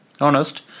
Honest